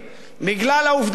בגלל העובדה שאתה,